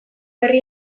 herri